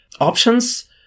options